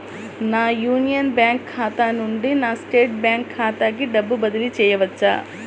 నా Union Bank ఖాతా నుండి నా స్టేట్ బ్యాంకు ఖాతాకి డబ్బు బదిలి చేయవచ్చా?